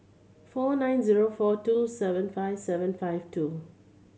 four nine zero four two seven five seven five two